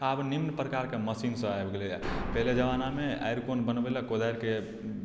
आब निम्न प्रकारके मशीनसभ आबि गेलैए पहिने जमानामे आरि कोन बनबय लेल कोदारिके